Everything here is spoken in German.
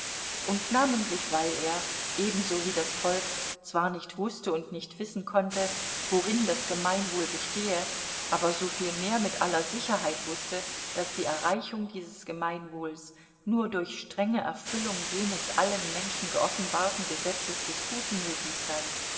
und namentlich weil er ebenso wie das volk zwar nicht wußte und nicht wissen konnte worin das gemeinwohl bestehe aber so viel mit aller sicherheit wußte daß die erreichung dieses gemeinwohls nur durch strenge erfüllung jenes allen menschen geoffenbarten gesetzes des guten möglich sei